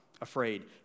afraid